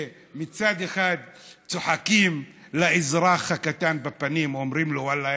שמצד אחד צוחקים לאזרח הקטן בפנים ואומרים לו: ואללה,